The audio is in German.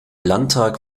landtag